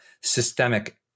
systemic